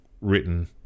written